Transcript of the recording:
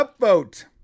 upvote